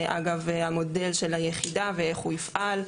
אגב המודל של היחידה ואיך הוא יפעל,